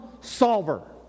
solver